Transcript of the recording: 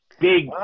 Big